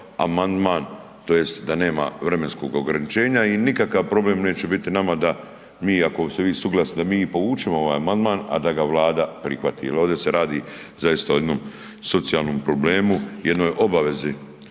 tj. da nema vremenskog ograničenja i nikakav problem neće biti nama da mi, ako se vi suglasite da mi i povučemo ovaj amandman, a da ga Vlada prihvati jer ovdje se radi zaista o jednom socijalnom problemu, jednoj obavezi